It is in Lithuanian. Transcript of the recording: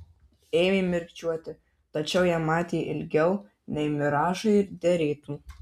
ėmė mirkčioti tačiau ją matė ilgiau nei miražui derėtų